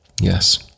yes